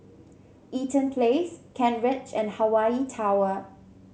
Eaton Place Kent Ridge and Hawaii Tower